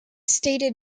stated